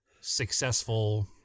successful